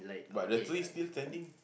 but the tree still standing